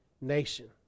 nation